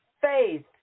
faith